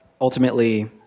Ultimately